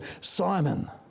Simon